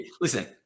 Listen